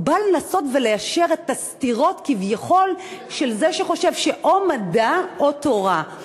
הוא בא לנסות וליישר את הסתירות כביכול של זה שחושב שאו מדע או תורה.